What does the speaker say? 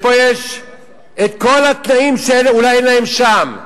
ופה יש כל התנאים שאולי אין להם שם.